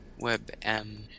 WebM